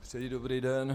Přeji dobrý den.